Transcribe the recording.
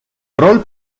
rol